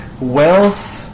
wealth